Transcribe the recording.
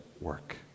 work